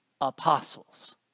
apostles